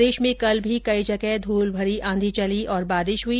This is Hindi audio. प्रदेश में कल भी कई जगह धूलभरी आंधी चली और बारिश हई